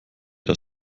das